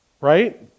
right